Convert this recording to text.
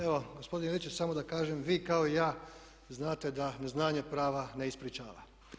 Evo gospodine Ilčić samo da kažem vi kao i ja znate da neznanje prava ne ispričava.